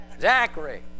Zachary